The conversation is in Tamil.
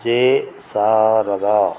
ஜே சாரதா